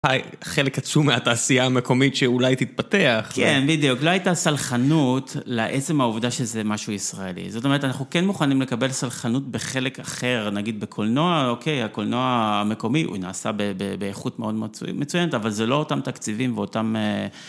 חלק עצום מהתעשייה המקומית שאולי תתפתח. כן, בדיוק. לא הייתה סלחנות לעצם העובדה שזה משהו ישראלי. זאת אומרת, אנחנו כן מוכנים לקבל סלחנות בחלק אחר, נגיד בקולנוע, אוקיי, הקולנוע המקומי הוא נעשה באיכות מאוד מצוינת, אבל זה לא אותם תקציבים ואותם...